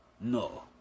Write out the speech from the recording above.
No